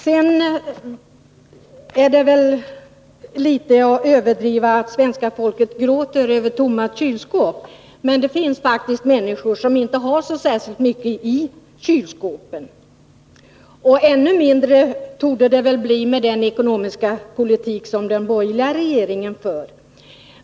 Sedan är det väl litet överdrivet att säga att svenska folket gråter över tomma kylskåp, men det finns faktiskt människor som inte har särskilt mycket i sina kylskåp. Ännu mindre torde det bli med den ekonomiska politik som den borgerliga regeringen för.